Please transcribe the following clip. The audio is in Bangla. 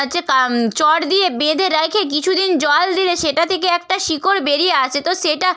হচ্ছে কা চট দিয়ে বেঁধে রেখে কিছু দিন জল দিলে সেটা থেকে একটা শিকড় বেরিয়ে আসে তো সেটা